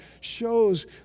shows